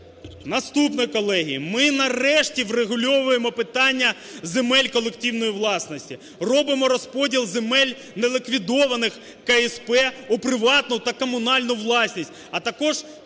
Наступне, колеги. Ми нарешті врегульовуємо питання земель колективної власності. Робимо розподіл земель неліквідованих КСП у приватну та комунальну власність. А також те,